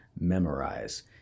memorize